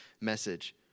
message